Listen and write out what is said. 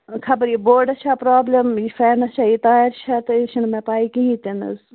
خَبر یہِ بورڈَس چھا پرٛابلم یہِ فینَس چھا یہِ تارِ چھا تہِ چھَنہٕ مےٚ پےَ کِہیٖنٛۍ تہِ نہٕ حظ